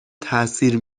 تاثیر